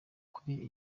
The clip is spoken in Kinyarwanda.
kuri